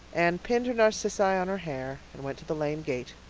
anne pinned her narcissi on her hair and went to the lane gate,